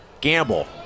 Gamble